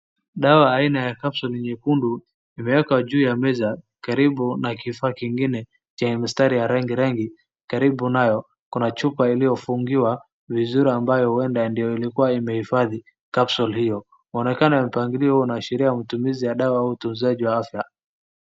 Dawa aina ya capsule nyekundu imwekwa juu ya meza karibu na kifaa kingine chenye mistari ya rangi rangi. Karibu nayo kuna chupa iliyofungiwa vizuri ambayo huenda ndiyo ilikua imehifadhi capsule hiyo. Muonekano ya mpangilio huu unaashiria matumizi ya dawa aua utunzaji wa afya.